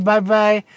Bye-bye